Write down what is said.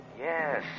Yes